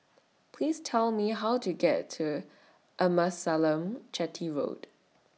Please Tell Me How to get to Amasalam Chetty Road